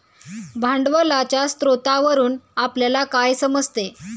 भांडवलाच्या स्रोतावरून आपल्याला काय समजते?